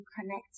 connect